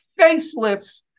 facelifts